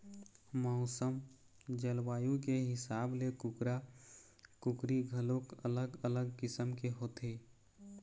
मउसम, जलवायु के हिसाब ले कुकरा, कुकरी घलोक अलग अलग किसम के होथे